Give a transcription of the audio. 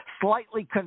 slightly